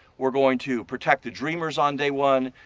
we're going to protect the dreamers on day one.